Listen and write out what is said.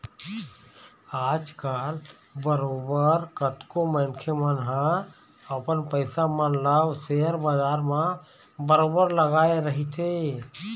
आजकल बरोबर कतको मनखे मन ह अपन पइसा मन ल सेयर बजार म बरोबर लगाए रहिथे